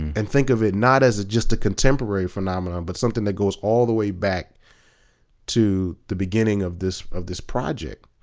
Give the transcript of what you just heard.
and think of it not as just a contemporary phenomenon but something that goes all the way back to the beginning of this of this project.